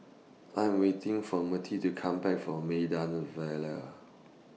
I Am waiting For Mirtie to Come Back from Maida Vale